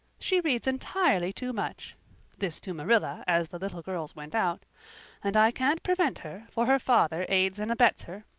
she reads entirely too much this to marilla as the little girls went out and i can't prevent her, for her father aids and abets her.